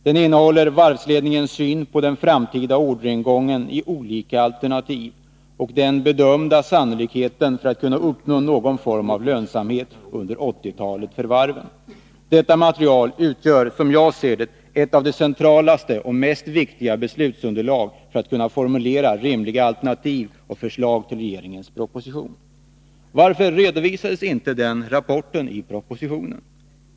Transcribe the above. Den innehåller varvsledningens syn på den framtida orderingången i olika alternativ och den bedömda sannolikheten för att uppnå någon form av lönsamhet under 1980-talet för varven. Detta material utgör, som jag ser det, ett av de centralaste och mest viktiga beslutsunderlagen för att kunna formulera rimliga alternativa förslag till regeringens proposition. Varför redovisades inte denna rapport i propositionen?